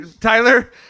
Tyler